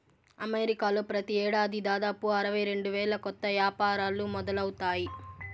అమెరికాలో ప్రతి ఏడాది దాదాపు అరవై రెండు వేల కొత్త యాపారాలు మొదలవుతాయి